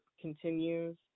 continues